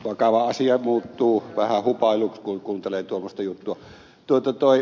vakava asia muuttuu vähän hupailuksi kun kuuntelee tuommoista juttua